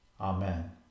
Amen